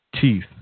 teeth